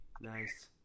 Nice